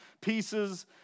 pieces